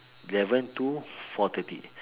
eleven to four thirty